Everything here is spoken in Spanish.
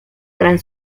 gran